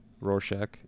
rorschach